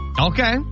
Okay